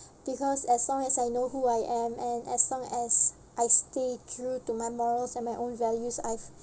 because as long as I know who I am and as long as I stay true to my morals and my own values I've